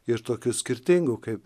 ir tokių skirtingų kaip